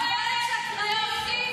אמרה לי את זה באוזניים.